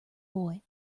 boy